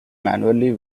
manually